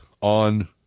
on